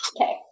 Okay